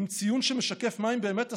עם ציון שמשקף מה הם באמת עשו,